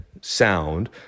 sound